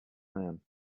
man